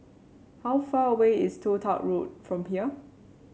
how far away is Toh Tuck Road from here